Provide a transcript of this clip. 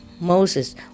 Moses